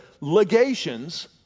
legations